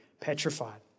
petrified